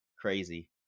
crazy